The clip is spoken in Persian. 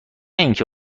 اینکه